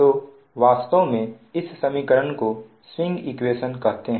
तो वास्तव में इस समीकरण को स्विंग इक्वेशन कहते हैं